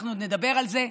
ואנחנו עוד נדבר על זה,